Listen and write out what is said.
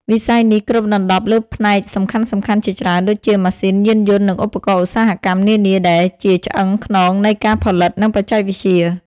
វិស័យនេះគ្របដណ្ដប់លើផ្នែកសំខាន់ៗជាច្រើនដូចជា ម៉ាស៊ីន យានយន្ត និងឧបករណ៍ឧស្សាហកម្ម នានា ដែលជាឆ្អឹងខ្នងនៃការផលិត និងបច្ចេកវិទ្យា។